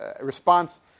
response